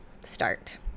start